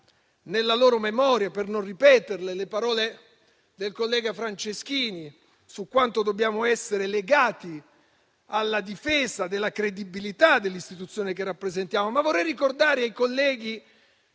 nella loro memoria, per non ripeterle, le parole del collega Franceschini su quanto dobbiamo essere legati alla difesa della credibilità dell'istituzione che rappresentiamo. Ma vorrei ricordare, ai colleghi